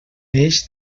neix